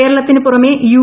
കേരളത്തിന് പുറമേ യു